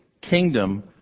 kingdom